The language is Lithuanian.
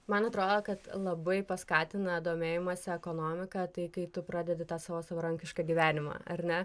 man atrodo kad labai paskatina domėjimąsi ekonomika tai kai tu pradedi tą savo savarankišką gyvenimą ar ne